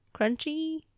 crunchy